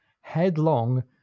headlong